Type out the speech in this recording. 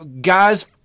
guys